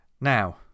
now